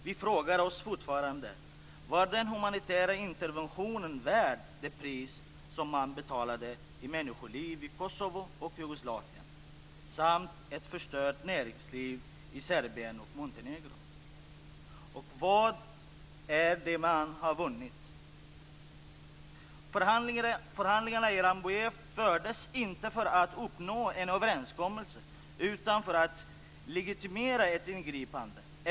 Vi frågar oss fortfarande: Var den humanitära interventionen värd det pris som man betalade i människoliv i Kosovo och Jugoslavien samt ett förstört näringsliv i Serbien och Montenegro? Vad är det man har vunnit? Förhandlingarna i Rambouillet fördes inte för att uppnå en överenskommelse utan för att legitimera ett ingripande.